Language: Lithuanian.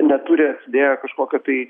neturi atsidėję kažkokio tai